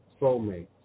soulmates